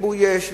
כיבוי אש,